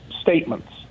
statements